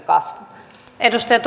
arvoisa puhemies